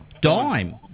Dime